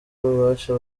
ububasha